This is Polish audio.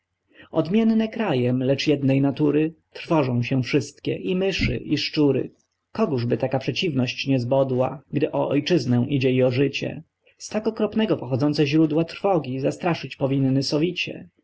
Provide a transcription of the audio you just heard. odmienne krajem lecz jednej natury trwożą się wszystkie i myszy i szczury kogożby taka przeciwność nie zbodła gdy o ojczyznę idzie i o życie z tak okropnego pochodzące źródła trwogi zastraszyć powinny sowicie